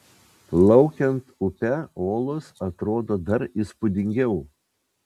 plaukiant upe olos atrodo dar įspūdingiau